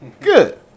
Good